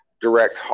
direct